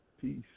Peace